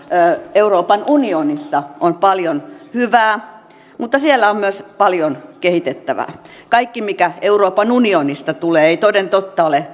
euroopan unionissa on paljon hyvää mutta siellä on myös paljon kehitettävää kaikki mikä euroopan unionista tulee ei toden totta ole